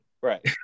Right